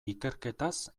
ikerketaz